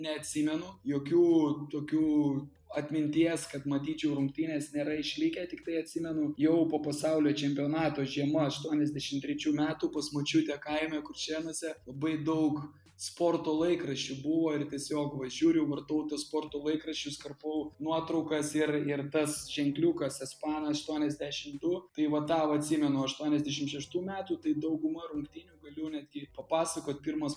neatsimenu jokių tokių atminties kad matyčiau rungtynes nėra išlikę tiktai atsimenu jau po pasaulio čempionato žiema aštuoniasdešim trečių metų pas močiutę kaime kuršėnuose labai daug sporto laikraščių buvo ir tiesiog va žiūriu vartau tuos sporto laikraščius karpau nuotraukas ir ir tas ženkliukas espana aštuoniasdešim du tai va tą va atsimenu aštuoniasdešim šeštų metų tai dauguma rungtynių galiu netgi papasakot pirmas